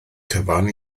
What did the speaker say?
cyfan